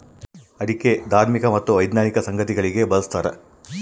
ಅಡಿಕೆ ಧಾರ್ಮಿಕ ಮತ್ತು ವೈಜ್ಞಾನಿಕ ಸಂಗತಿಗಳಿಗೆ ಬಳಸ್ತಾರ